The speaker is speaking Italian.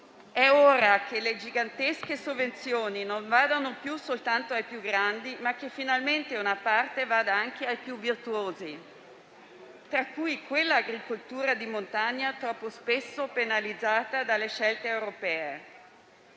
È ora che le gigantesche sovvenzioni non vadano più soltanto ai più grandi, ma che finalmente una parte vada anche ai più virtuosi, tra cui quell'agricoltura di montagna troppo spesso penalizzata dalle scelte europee.